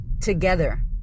Together